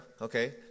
okay